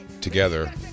together